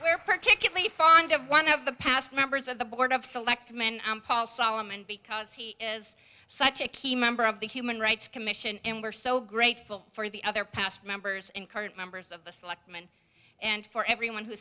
where particularly fond of one of the past members of the board of selectmen paul solomon because he is such a key member of the human rights commission and we are so grateful for the other past members and current members of the selectmen and for everyone who